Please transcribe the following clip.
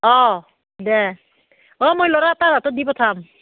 অঁ দে অ' মই ল'ৰা এটাৰ হাতত দি পঠাম